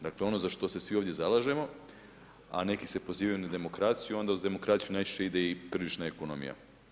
Dakle, za ono što se svi ovdje zalažemo, a neki se prozivaju na demokraciju, onda uz demokraciju, najčešće ide i tržišna ekonomija.